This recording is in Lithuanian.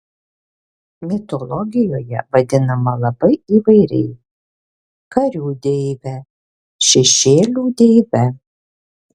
mitologijoje vadinama labai įvairiai karių deive šešėlių deive